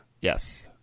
Yes